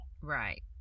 Right